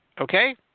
Okay